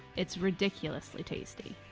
it's ridiculously tasty.